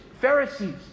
Pharisees